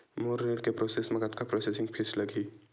मोर ऋण के प्रोसेस म कतका प्रोसेसिंग फीस लगही?